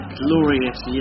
glorious